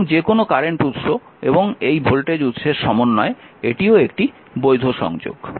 এবং যে কোনও কারেন্ট উৎস এবং এই ভোল্টেজ উৎসের সমন্বয় এটিও একটি বৈধ সংযোগ